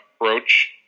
approach